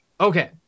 Okay